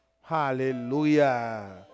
Hallelujah